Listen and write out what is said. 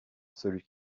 celui